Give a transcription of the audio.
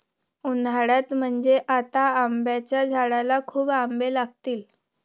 उन्हाळ्यात म्हणजे आता आंब्याच्या झाडाला खूप आंबे लागतील